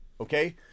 Okay